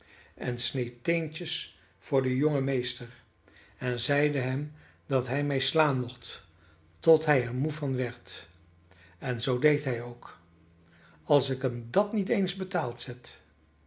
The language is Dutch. en sneed teentjes voor den jongen meester en zeide hem dat hij mij slaan mocht tot hij er moe van werd en zoo deed hij ook als ik hem dat niet eens betaald zet